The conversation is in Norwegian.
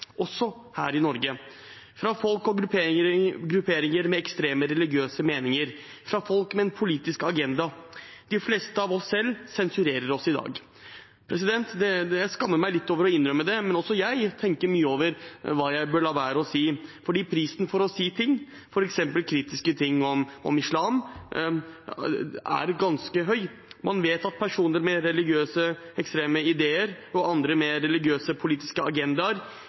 også her i Norge, fra folk og grupperinger med ekstreme religiøse meninger, fra folk med en politisk agenda. De fleste av oss sensurerer oss selv i dag. Jeg skammer meg litt over å innrømme det, men også jeg tenker mye over hva jeg bør la være å si, fordi prisen for å si ting – f.eks. kritiske ting om islam – er ganske høy. Man vet at personer med ekstreme religiøse ideer og andre med religiøse politiske agendaer